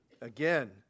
Again